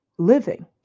Living